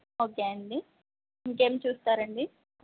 okay అండి ఇంకేమి చూస్తారండి